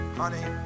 honey